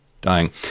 dying